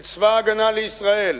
של צבא-הגנה לישראל.